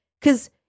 Cause